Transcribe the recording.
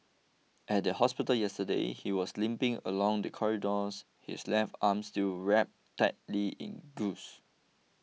at the hospital yesterday he was limping along the corridors his left arm still wrapped tightly in gauze